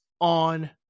on